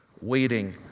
waiting